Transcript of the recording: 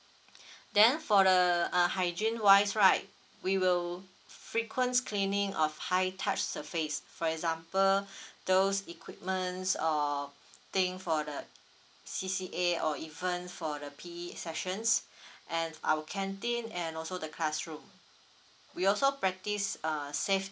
then for the uh hygiene wise right we will frequents cleaning of high touch surface for example those equipments or thing for the C_C_A or even for the P_E sessions and our canteen and also the classroom we also practice uh safe